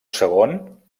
segon